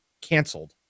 canceled